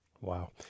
Wow